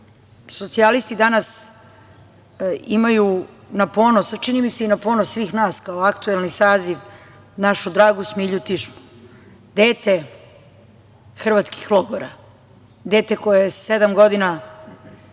socijalisti danas imaju na ponos, a čini mi se i na ponos svih nas, kao aktuelni saziv, našu dragu Smilju Tišmu. Dete hrvatskih logora. Dete koje je sedam godina